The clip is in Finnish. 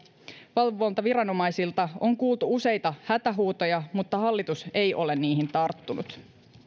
valvontaviranomaisilta on kuultu useita hätähuutoja mutta hallitus ei ole niihin tarttunut